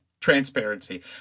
transparency